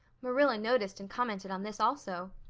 marilla noticed and commented on this also.